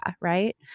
Right